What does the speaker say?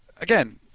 again